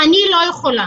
אני לא יכולה.